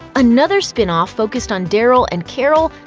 another spin-off focused on daryl and carol,